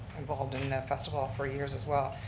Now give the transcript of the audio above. involved in the festival for year as as well,